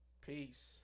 Peace